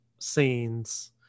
scenes